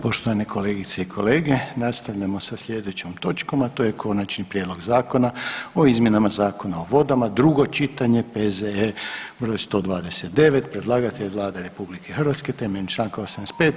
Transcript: Poštovane kolegice i kolege, nastavljamo sa sljedećom točkom, a to je: - Konačni prijedlog Zakona o izmjenama Zakona o vodama, drugo čitanje, P.Z.E. br. 129 Predlagatelj je Vlada RH temeljem čl. 85.